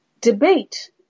Debate